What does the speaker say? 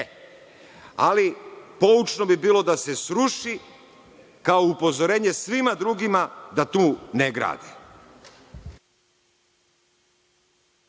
Ali, poučno bi bilo da se sruši, kao upozorenje svima drugima da tu ne grade.